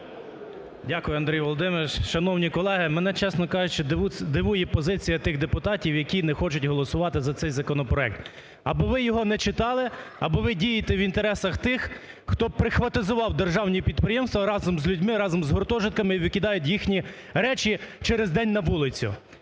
Дякую, Андрій Володимирович. Шановні колеги, мене, чесно кажучи, дивує позиція тих депутатів, які не хочуть голосувати за цей законопроект. Або ви його не читали, або ви дієте в інтересах тих, хто "прихватизував" державні підприємства разом з людьми, разом з гуртожитками і викидають їхні речі через день на вулицю.